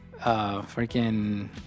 freaking